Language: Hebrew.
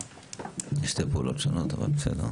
אלה שתי פעולות שונות, אבל בסדר,